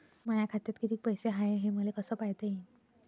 माया खात्यात कितीक पैसे हाय, हे मले कस पायता येईन?